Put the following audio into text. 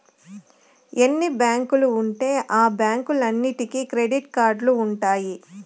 ఎన్ని బ్యాంకులు ఉంటే ఆ బ్యాంకులన్నీటికి క్రెడిట్ కార్డులు ఉంటాయి